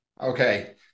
Okay